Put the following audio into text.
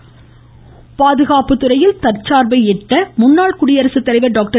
ராஜ்நாத்சிங் பாதுகாப்புத்துறையில் தற்சார்பை எட்ட முன்னாள் குடியரசுத்தலைவர் டாக்டர்